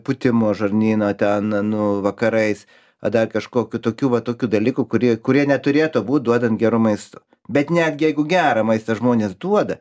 pūtimo žarnyno ten nu vakarais a dar kažkokių tokių va tokių dalykų kurie kurie neturėtų būt duodant gero maisto bet netgi jeigu gerą maistą žmonės duoda